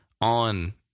on –